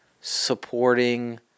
supporting